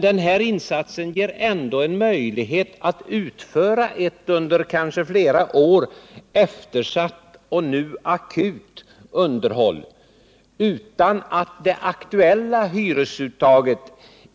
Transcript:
Den här insatsen ger ändå en möjlighet att utföra ett under kanske flera år eftersatt underhåll utan att det aktuella hyresuttaget